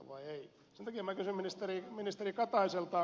sen takia kysyn ministeri kataiselta